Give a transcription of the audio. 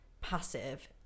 passive